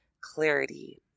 clarity